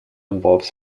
involves